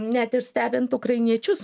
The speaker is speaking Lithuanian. net ir stebint ukrainiečius